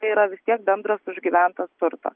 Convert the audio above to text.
tai yra vistiek bendras užgyventas turtas